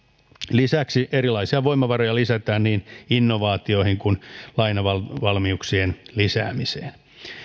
lisäksi erilaisia voimavaroja lisätään niin innovaatioihin kuin lainavalmiuksien lisäämiseen